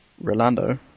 Rolando